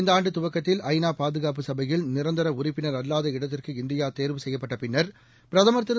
இந்தஆண்டுதுவக்கத்தில் ஐநாபாதுகாப்பு நிரந்தரடறப்பினரல்லாத இடத்திற்கு இந்தியாதேர்வு செய்யப்பட்டபின்னர் பிரதமர் திரு